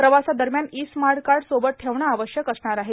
प्रवासादरम्यान e smart card सोबत ठेवणे आवश्यक असणार आहे